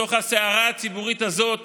בתוך הסערה הציבורית הזאת